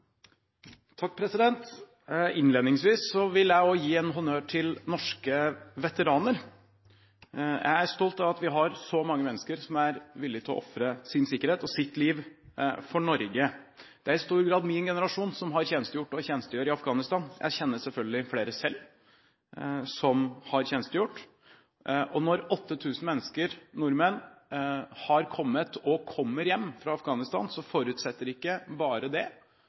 stolt av at vi har så mange mennesker som er villige til å ofre sin sikkerhet og sitt liv for Norge. Det er i stor grad min generasjon som har tjenestegjort og tjenestegjør i Afghanistan. Jeg kjenner selv flere som har tjenestegjort. Når 8 000 nordmenn har kommet og kommer hjem fra Afghanistan, forutsetter ikke det bare at man har ordninger og de formelle tingene vi ofte diskuterer i denne salen, på plass, men det